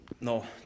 No